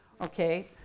okay